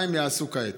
מה הם יעשו כעת?